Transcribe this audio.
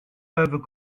peuvent